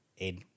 Ed